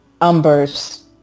Umber's